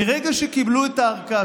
מרגע שקיבלו את הארכה,